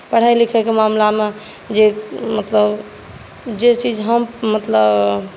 पढ़य लिखयके मामिलामे जे मतलब जे चीज हम मतलब